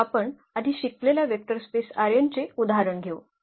तर आपण आधी शिकलेल्या वेक्टर स्पेस चे उदाहरण घेऊ